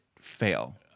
fail